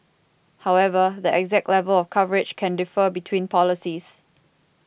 however the exact level of coverage can differ between policies